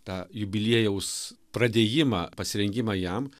tą jubiliejaus pradėjimą pasirengimą jam